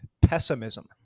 pessimism